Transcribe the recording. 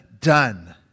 done